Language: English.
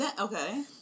Okay